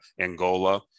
angola